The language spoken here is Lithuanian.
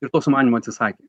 ir to sumanymo atsisakė